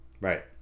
Right